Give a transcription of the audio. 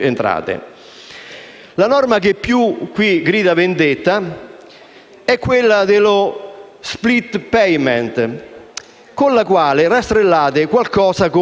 La norma che più grida vendetta è quella dello *split* *payment*, con la quale rastrellate circa 4